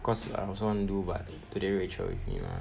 cause I also want to do but today rachel with me mah